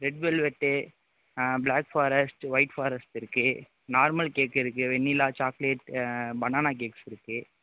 red velvet black forest white forest இருக்குது normal cake இருக்குது vanilla chocolate banana cakes இருக்குது